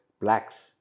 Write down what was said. blacks